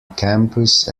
campus